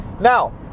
Now